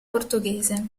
portoghese